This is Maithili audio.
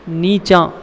निचाँ